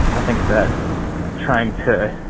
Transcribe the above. i think that trying to.